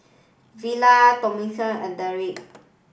Villa Tomeka and Darrick